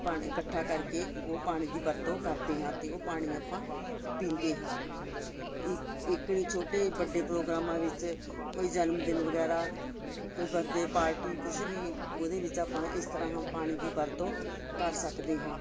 ਪਾਣੀ ਇਕੱਠਾ ਕਰਕੇ ਉਹ ਪਾਣੀ ਦੀ ਵਰਤੋਂ ਕਰਦੇ ਹਾਂ ਅਤੇ ਉਹ ਪਾਣੀ ਆਪਾਂ ਪੀਂਦੇ ਹਾਂ ਇ ਇਕਣੇ ਛੋਟੇ ਵੱਡੇ ਪ੍ਰੋਗਰਾਮਾਂ ਵਿੱਚ ਕੋਈ ਜਨਮਦਿਨ ਵਗੈਰਾ ਕੋਈ ਬਰਡੇ ਪਾਰਟੀ ਕੁਛ ਵੀ ਉਹਦੇ ਵਿੱਚ ਆਪਾਂ ਇਸ ਤਰ੍ਹਾਂ ਪਾਣੀ ਦੀ ਵਰਤੋਂ ਕਰ ਸਕਦੇ ਹਾਂ